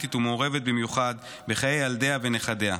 דומיננטית ומעורבת במיוחד בחיי ילדיה ונכדיה.